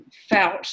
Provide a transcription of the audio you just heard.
felt